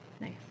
nice